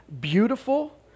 beautiful